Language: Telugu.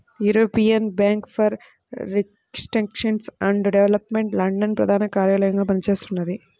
European bank for reconstruction and development London ప్రధాన కార్యాలయంగా పనిచేస్తున్నది